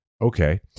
Okay